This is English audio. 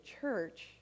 church